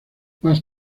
más